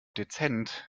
dezent